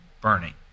burning